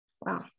Wow